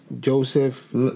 Joseph